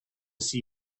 see